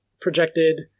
projected